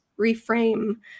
reframe